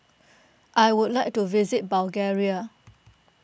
I would like to visit Bulgaria